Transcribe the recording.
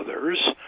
others